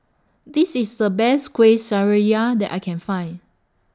This IS The Best Kuih Syara that I Can Find